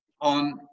on